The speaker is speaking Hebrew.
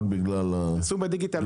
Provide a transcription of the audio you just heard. --- בדיגיטל.